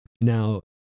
Now